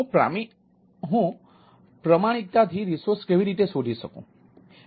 હું પ્રામાણિકતાથી રિસોર્સ કેવી રીતે શોધી શકું